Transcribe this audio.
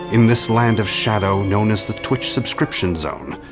in this land of shadow known as the twitch subscription zone,